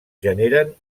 generen